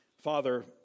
Father